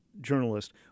journalist